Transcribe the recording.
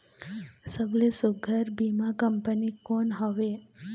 सबले सुघ्घर बीमा कंपनी कोन हवे?